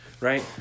right